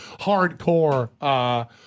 hardcore